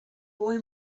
boy